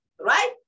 right